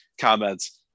comments